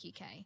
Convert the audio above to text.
UK